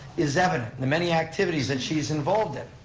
is evident in the many activities that she's involved in.